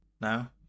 now